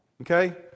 Okay